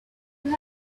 you